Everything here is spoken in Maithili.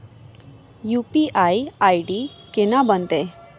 यु.पी.आई आई.डी केना बनतै?